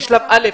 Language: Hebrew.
כשלב ראשון,